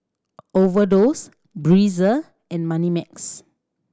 Overdose Breezer and Moneymax